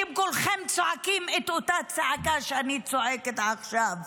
כולכם הייתם צועקים את אותה הצעקה שאני צועקת עכשיו.